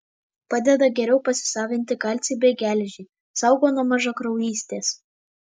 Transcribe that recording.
padeda geriau pasisavinti kalcį bei geležį saugo nuo mažakraujystės